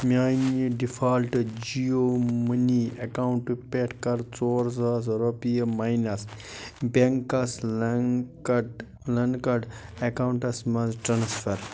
میٛانہِ default Jio money account پٮ۪ٹھ کَر ژور ساس رۄپیہِ minus banks linked linked accounts منٛز ٹرٛانسفر